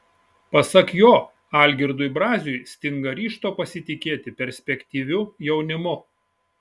pasak jo algirdui braziui stinga ryžto pasitikėti perspektyviu jaunimu